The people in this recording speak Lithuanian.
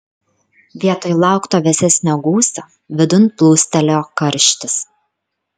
vietoj laukto vėsesnio gūsio vidun plūstelėjo karštis